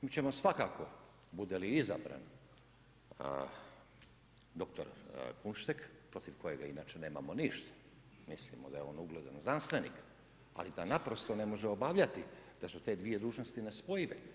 Mi ćemo svakako bude li izabran dr. Kunštek, protiv kojeg inače nemamo ništa, mislimo da je on ugledan znanstvenik, ali da naprosto ne može obavljati da su te dvije dužnosti nespojive.